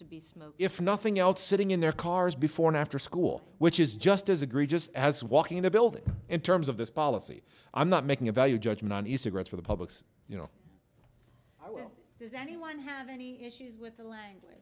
to be smoke if nothing else sitting in their cars before and after school which is just as egregious as walking in a building in terms of this policy i'm not making a value judgment on is it right for the public's you know how does anyone have any issues with the language